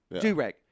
Do-rag